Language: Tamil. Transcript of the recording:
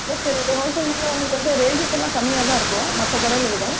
யெஸ் சார் இது ஹோல்சேல்னால உங்களுக்கு வந்து ரேஞ்சஸ் எல்லாம் கம்மியாகதான் இருக்கும் மற்ற கடையில விட